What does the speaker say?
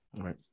Right